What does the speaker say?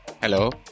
Hello